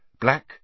Black